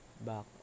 back